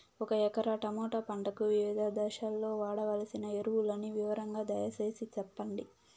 ఒక ఎకరా టమోటా పంటకు వివిధ దశల్లో వాడవలసిన ఎరువులని వివరంగా దయ సేసి చెప్పండి?